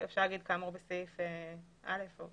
אפשר לומר כאמור בסעיף קטן (א).